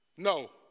No